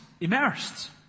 immersed